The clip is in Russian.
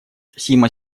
сима